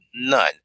none